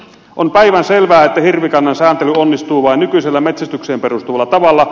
on päivänselvää että hirvikannan sääntely onnistuu vain nykyisellä metsästykseen perustuvalla tavalla